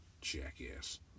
Jackass